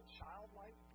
childlike